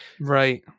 right